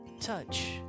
touch